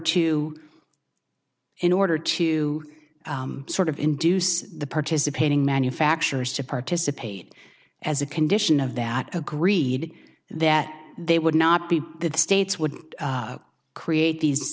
to in order to sort of induce the participating manufacturers to participate as a condition of that agreed that they would not be that states would create these